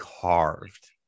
carved